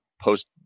post